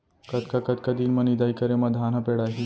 कतका कतका दिन म निदाई करे म धान ह पेड़ाही?